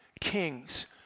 Kings